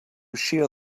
shear